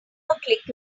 click